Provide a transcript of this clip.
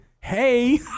hey